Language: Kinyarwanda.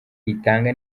ritanga